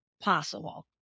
possible